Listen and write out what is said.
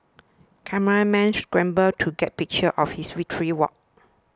cameramen scramble to get pictures of his victory walk